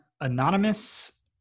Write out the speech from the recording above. anonymous